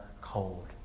cold